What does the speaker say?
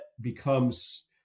becomes